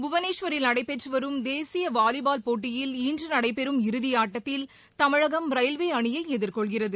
புவனேஸ்வரில் நடைபெற்று வரும் தேசிய வாலிபால் போட்டியில் இன்று நடைபெறும் இறதி ஆட்டத்தில் தமிழகம் ரயில்வே அணியை எதிர்கொள்கிறது